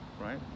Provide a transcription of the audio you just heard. right